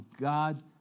God